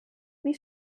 wie